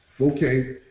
Okay